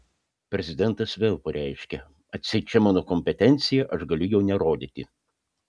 prezidentas vėl pareiškia atseit čia mano kompetencija aš galiu jo nerodyti